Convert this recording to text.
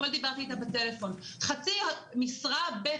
אתמול דיברתי איתה בטלפון והיא סיפרה שהיא עובדת בחצי משרה בפגייה.